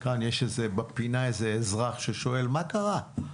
כאן, בפינה יש איזה אזרח ששואל: מה קרה?